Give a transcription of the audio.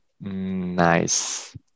Nice